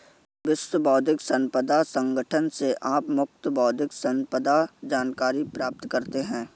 विश्व बौद्धिक संपदा संगठन से आप मुफ्त बौद्धिक संपदा जानकारी प्राप्त करते हैं